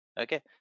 okay